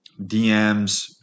DMs